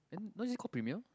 then not is it called premium